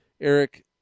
Eric